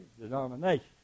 denomination